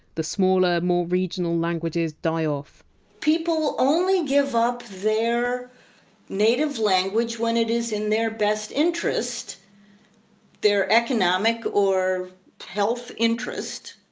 the smaller, more regional languages die off people only give up their native language when it! s in their best interest their economic or health interest.